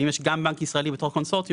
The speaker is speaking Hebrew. ואם יש גם בנק ישראלי בתור קונסורציום,